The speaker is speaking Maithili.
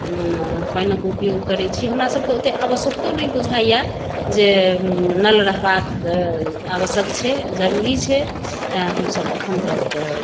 पानिक उपयोग करै छी हमरा सभके ओतेक आवश्यकतो नहि बुझाइए जे नल रहबाक आवश्यक छै जरूरी छै तैं हम सभ एखन तक